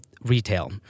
retail